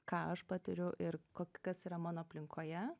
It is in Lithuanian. ką aš patiriu ir ko kas yra mano aplinkoje